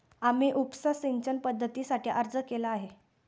आम्ही उपसा सिंचन पद्धतीसाठी अर्ज केला आहे